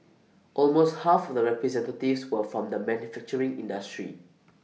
almost half of the representatives were from the manufacturing industry